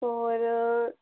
होर